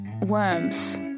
worms